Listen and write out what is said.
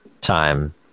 time